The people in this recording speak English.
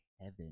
heaven